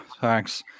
thanks